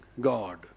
God